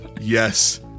Yes